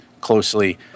closely